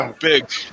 big